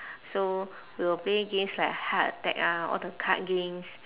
so we will play games like heart attack ah all the card games